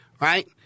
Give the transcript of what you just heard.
Right